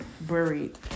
buried